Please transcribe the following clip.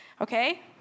Okay